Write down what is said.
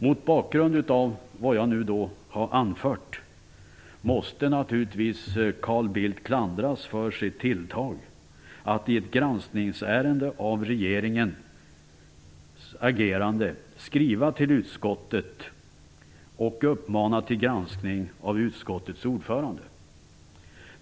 Mot bakgrund av vad jag nu har anfört måste naturligtvis Carl Bildt klandras för sitt tilltag att i ett granskningsärende av regeringens agerande skriva till utskottet och uppmana till granskning av utkskottets ordförande.